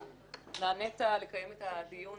ונענית לקיים את הדיון.